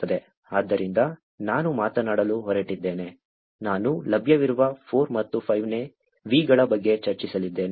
ಆದ್ದರಿಂದ ನಾನು ಮಾತನಾಡಲು ಹೊರಟಿದ್ದೇನೆ ನಾನು ಲಭ್ಯವಿರುವ 4 ಮತ್ತು 5 ನೇ Vಗಳ ಬಗ್ಗೆ ಚರ್ಚಿಸಲಿದ್ದೇನೆ